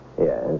Yes